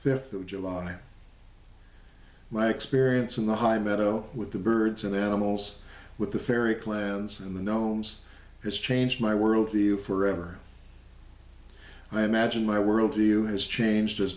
the july my experience in the high meadow with the birds and animals with the fairy clans and the gnomes has changed my world view forever i imagine my world view has changed as